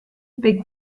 big